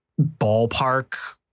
Ballpark